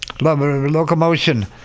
locomotion